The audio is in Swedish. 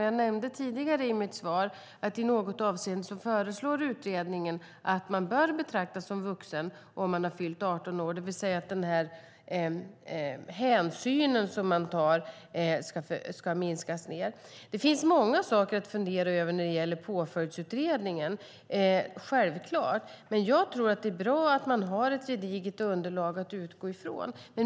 Jag nämnde i svaret att utredningen i något avseende föreslår att man bör betraktas som vuxen om man har fyllt 18 år, det vill säga att de hänsyn som tas ska minskas. Det finns många saker att fundera över när det gäller Påföljdsutredningen, självklart, men jag tror att det är bra att ha ett gediget underlag att utgå ifrån.